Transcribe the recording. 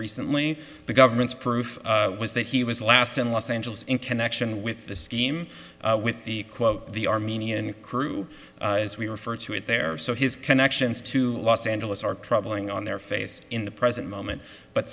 recently the government's proof was that he was last in los angeles in connection with the scheme with the quote the armenian crew as we refer to it there so his connections to los angeles are troubling on their face in the present moment but